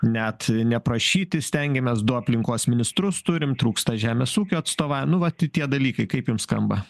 net neprašyti stengiamės du aplinkos ministrus turim trūksta žemės ūkio atstova nu vat tai tie dalykai kaip jums skamba